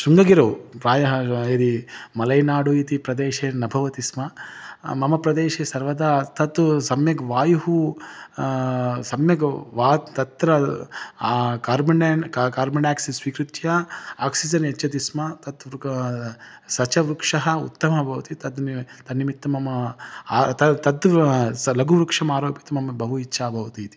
शृङ्गगिरौ प्रायः यदि मलेनाडुः इति प्रदेशे न भवति स्म मम प्रदेशे सर्वदा तत्तु सम्यक् वायुः सम्यक् वा तत्र कार्बन् कार्बन् डैआक्सिड् स्वीकृत्य आक्सिसन् यच्छति स्म तत् सः च वृक्षः उत्तमः भवति तद् निमित्तं तन्निमित्तं मम त तत् स लघुवृक्षमारोपितुं मम बहु इच्छा भवतीति